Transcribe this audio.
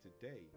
today